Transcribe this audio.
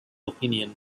opinion